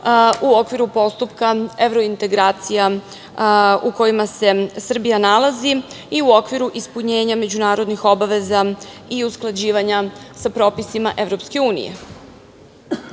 u okviru postupka evrointegracija u kojima se Srbija nalazi i u okviru ispunjenja međunarodnih obaveza i usklađivanje sa propisima EU.Na ovaj